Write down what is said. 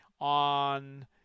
on –